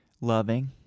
Loving